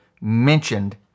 mentioned